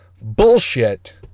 bullshit